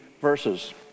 verses